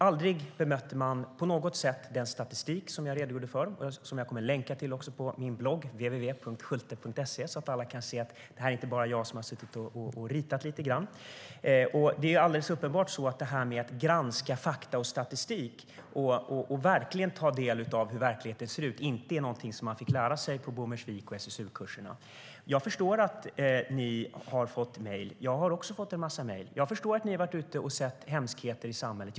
Aldrig bemötte de på något sätt den statistik som jag redogjorde för och som jag kommer att länka till på min blogg, www.schulte.se, så att alla kan se att det inte bara jag som har suttit och ritat lite grann. Det är alldeles uppenbart så att detta med att granska fakta och statistik och verkligen ta del av hur verkligheten ser ut inte var någonting som man fick lära sig på Bommersvik och på SSU-kurserna. Jag förstår att ni har fått mejl. Jag har också fått en massa mejl. Jag förstår att ni har varit ute och sett hemskheter i samhället.